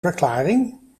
verklaring